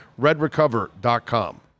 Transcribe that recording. Redrecover.com